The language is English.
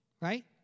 right